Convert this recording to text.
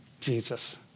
Jesus